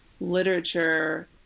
literature